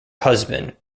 husband